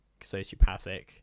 sociopathic